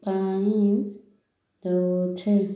ପାଇଁ ଦେଉଛି